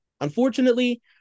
Unfortunately